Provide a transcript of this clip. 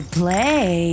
play